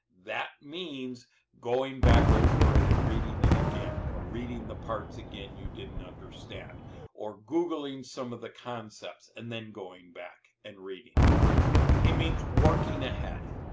that means going back over it and reading it again or reading the parts again you didn't understand or googling some of the concepts and then going back and reading. it it means working ahead.